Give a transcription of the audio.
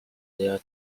their